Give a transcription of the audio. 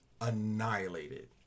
annihilated